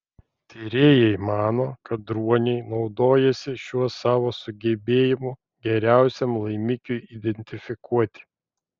tyrėjai mano kad ruoniai naudojasi šiuo savo sugebėjimu geriausiam laimikiui identifikuoti